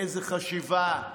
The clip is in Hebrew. איזו חשיבה,